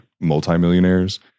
multimillionaires